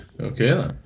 Okay